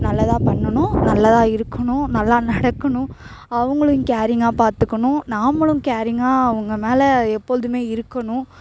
நல்லதாக பண்ணணும் நல்லதாக இருக்கணும் நல்லா நடக்கணும் அவங்களும் கேரிங்காக பார்த்துக்கணும் நாமளும் கேரிங்காக அவங்கமேலே எப்பொழுதும் இருக்கணும்